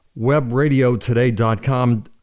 webradiotoday.com